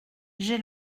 j’ai